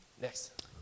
Next